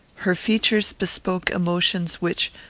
her features bespoke emotions which,